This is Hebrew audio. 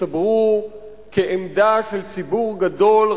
הסתברו כעמדה של ציבור גדול,